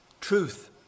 truth